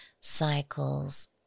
cycles